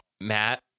Matt